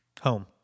Home